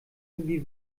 wie